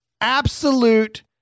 Absolute